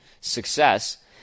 success